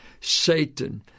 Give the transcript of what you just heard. Satan